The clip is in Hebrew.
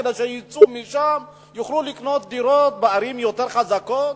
כדי שכאשר הם יצאו משם הם יוכלו לקנות דירות בערים יותר חזקות.